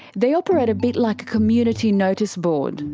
they operate a bit like a community notice board.